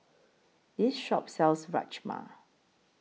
This Shop sells Rajma